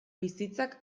bizitzak